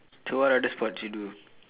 so what other sports you do